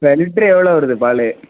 இப்போ லிட்ரு எவ்வளோ வருது பால்